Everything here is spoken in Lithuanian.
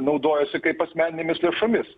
naudojasi kaip asmeninėmis lėšomis